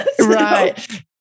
Right